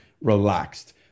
relaxed